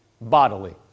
bodily